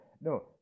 no